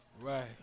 Right